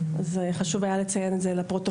חשוב היה לציין את זה לפרוטוקול.